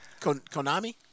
Konami